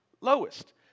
lowest